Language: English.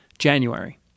January